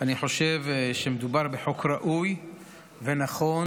אני חושב שמדובר בחוק ראוי ונכון,